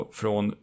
från